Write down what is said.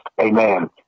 Amen